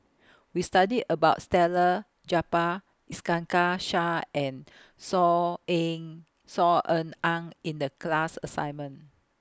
We studied about stealer Japar Iskandar Shah and Saw in Saw Ean Ang in The class assignment